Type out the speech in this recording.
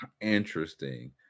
interesting